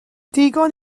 digon